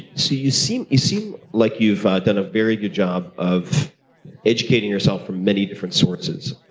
so you seem you seem like you've ah done a very good job of educating yourself from many different sources.